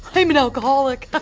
i'm an alcoholic. but